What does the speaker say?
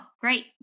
Great